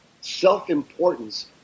self-importance